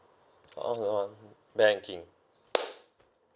call one banking